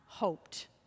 hoped